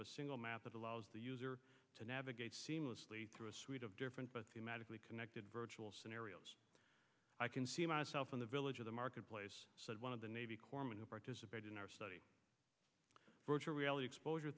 of a single map that allows the user to navigate seamlessly through a suite of different but magically connected virtual scenarios i can see myself in the village of the marketplace said one of the navy corpsman who participated in our study virtual reality exposure